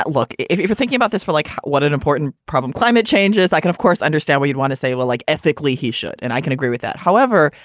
look, if if you're thinking about this for like what an important problem climate changes, i can, of course, understand why you'd want to say, well, like ethically he should. and i can agree with that. however,